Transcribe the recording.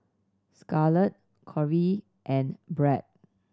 Scarlet Corey and Brad